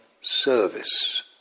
service